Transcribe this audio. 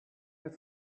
get